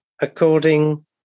according